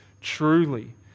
truly